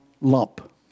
lump